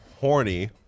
horny